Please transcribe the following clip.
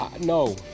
No